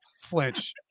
flinch